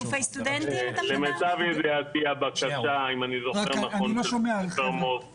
למיטב זכרוני הבקשה לבית ספר מוס אושרה.